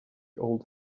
old